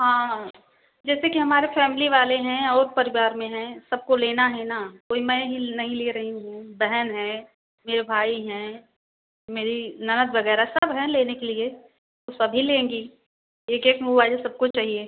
हाँ जैसे कि हमारे फैमली वाले हैं और परिवार में हैं सबको लेना है न कोई मैं ही नही ले रही हूँ बहन है मेरे भाई हैं मेरी ननद वगैरह सब हैं लेने के लिए तो सभी लेंगी एक एक मोबाइल सब को चाहिए